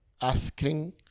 asking